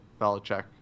Belichick